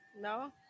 No